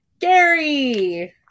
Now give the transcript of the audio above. Gary